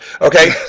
Okay